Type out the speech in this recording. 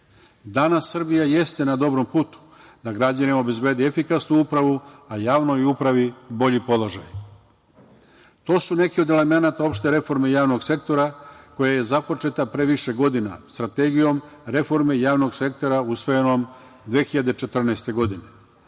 Danas Srbija jeste na dobrom putu da građanima obezbedi efikasnu upravu, a javnoj upravi bolji položaj. To su neki od elemenata opšte reforme javnog sektora koja je započeta pre više godina. Strategijom javnog sektora usvojenom 2014. godine